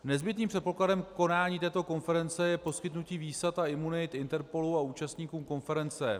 Nezbytným předpokladem ke konání této konference je poskytnutí výsad a imunit INTERPOLu a účastníkům konference.